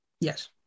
Yes